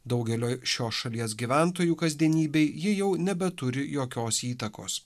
daugelio šios šalies gyventojų kasdienybei ji jau nebeturi jokios įtakos